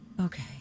Okay